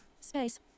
space